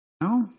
No